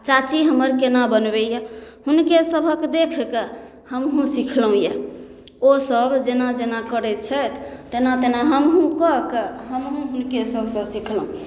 चाची हमर केना बनबैया हुनके सभक देख कऽ हमहुँ सिखलहुॅं यऽ ओ सब जेना जेना करै छथि तेना तेना हमहुँ कऽ कऽ हमहुँ हुनके सबसँ सिखलहुॅं